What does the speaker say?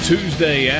Tuesday